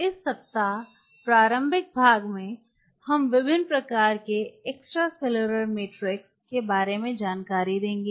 इस सप्ताह प्रारंभिक भाग में हम विभिन्न प्रकार के एक्स्ट्रासेलुलर मैट्रिक्स के बारे में जानकारी देंगे